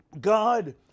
God